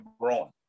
growing